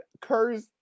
Curse